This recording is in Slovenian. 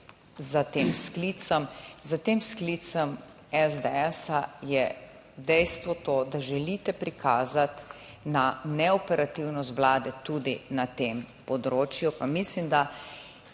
S tem sklicem SDS je dejstvo to, da želite prikazati na neoperativnost Vlade tudi na tem področju, pa mislim, da